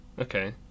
Okay